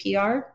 PR